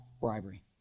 bribery